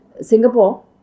Singapore